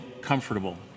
comfortable